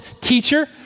teacher